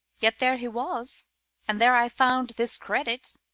yet there he was and there i found this credit,